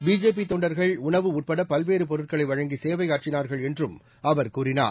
BJP தொண்டர்கள் உணவு உட்பட பல்வேறு பொருட்களை வழங்கி சேவையாற்றினார்கள் என்றும் அவர் கூறினார்